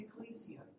Ecclesia